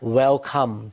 welcome